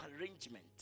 arrangement